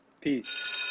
Peace